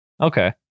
Okay